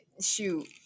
shoot